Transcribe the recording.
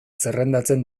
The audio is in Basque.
zerrendatzen